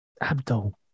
Abdul